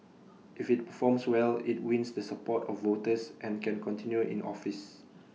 if IT performs well IT wins the support of voters and can continue in office